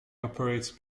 operates